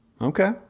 Okay